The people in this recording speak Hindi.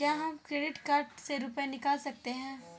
क्या हम क्रेडिट कार्ड से रुपये निकाल सकते हैं?